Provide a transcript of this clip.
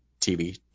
TV